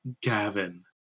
Gavin